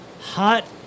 hot